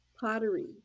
pottery